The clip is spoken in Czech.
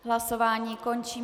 Hlasování končím.